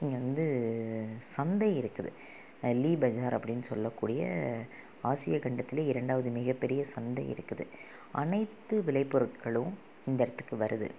இங்கே வந்து சந்தை இருக்குது லீ பஜார் அப்படின்னு சொல்லக்கூடிய ஆசியா கண்டத்தில் இரண்டாவது மிக பெரிய சந்தை இருக்குது அனைத்து விலை பொருட்களும் இந்த இடத்துக்கு வருது